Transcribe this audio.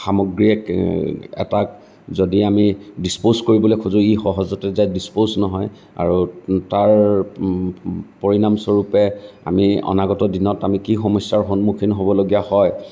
সামগ্ৰী এটাক যদি আমি ডিছপ'জ কৰিব খোজোঁ ই সহজতে যেতিয়া ডিছপ'জ নহয় আৰু তাৰ পৰিণাম স্বৰুপে আমি অনাগত দিনত কি সমস্যাৰ সন্মুখীন হ'বলগীয়া হয়